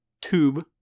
tube